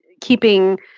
keeping